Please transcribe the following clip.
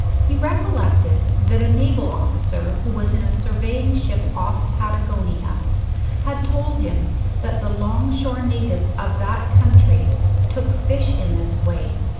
he recollected that a naval officer who was in a surveying ship off patagonia had told him that the long-shore natives of that country took fish in this way.